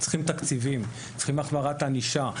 צריכים תקציבים, צריכים החמרת ענישה.